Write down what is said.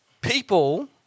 people